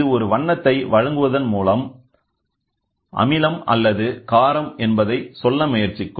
இது ஒரு வண்ணத்தை வழங்குவதன் மூலம் அமிலம் அல்லது காரம் என்பதை சொல்ல முயற்சிக்கும்